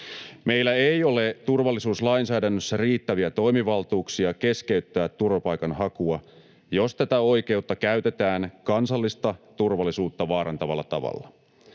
Meillä ei ole turvallisuuslainsäädännössä riittäviä toimivaltuuksia keskeyttää turvapaikanhakua, jos tätä oikeutta käytetään kansallista turvallisuutta vaarantavalla tavalla.